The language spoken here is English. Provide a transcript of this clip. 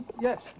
Yes